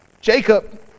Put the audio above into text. Jacob